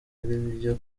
aribyo